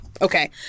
okay